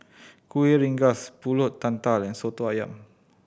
Kueh Rengas Pulut Tatal and Soto Ayam